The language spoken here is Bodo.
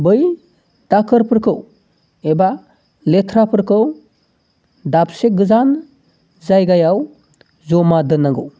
बै दाखोरफोरखौ एबा लेथ्राफोरखौ दाबसे गोजान जायगायाव जमा दोननांगौ